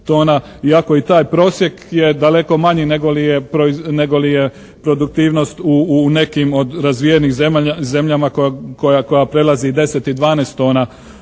iako i taj prosjek je daleko manji nego li je produktivnost u nekim od razvijenijih zemalja koja prelazi 10 i 12 tona